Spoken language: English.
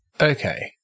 Okay